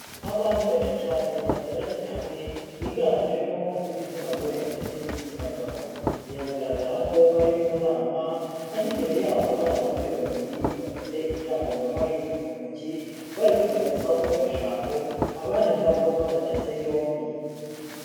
Abantu benshi cyane bateraniye hamwe higanjemo ab'igitsina gore ndetse n'igitsina gabo, biragaragara ko bari mu nama aho imbere yabo hari abagore babiri bafite indangururamajwi mu ntoki bari kubagezaho ijambo abandi na bo babateze yombi.